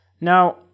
Now